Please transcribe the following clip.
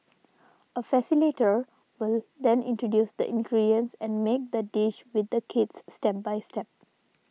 a facilitator will then introduce the ingredients and make the dish with the kids step by step